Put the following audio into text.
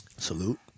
Salute